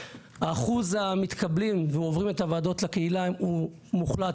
אחוז המתקבלים ועוברים את הוועדות לקהילה הוא מוחלט,